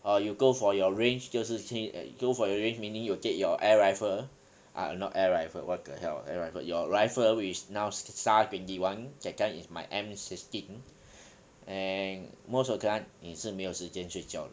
or you go for your range 就是去 uh go for your range meaning you will get your air rifle ah not air rifle what the hell air rifle your rifle which now star twenty one that time is my M sixteen and most of the time 你是没有时间睡觉的